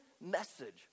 message